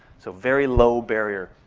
so very low barrier.